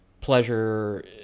pleasure